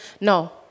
No